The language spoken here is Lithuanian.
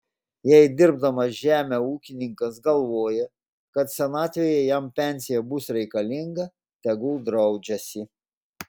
jei dirbdamas žemę ūkininkas galvoja kad senatvėje jam pensija bus reikalinga tegul draudžiasi